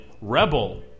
Rebel